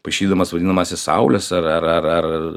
paišydamas vadinamąsias saules ar ar ar ar